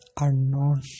unknown